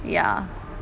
ya